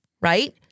right